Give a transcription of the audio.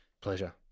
Pleasure